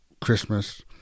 Christmas